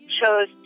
chose